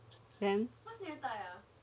then